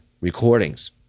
recordings